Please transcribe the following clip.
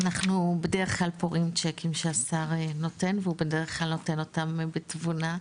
אנחנו בדרך כלל פורעים צ'קים שהשר נותן והוא בדרך כלל נותן אותם בתבונה,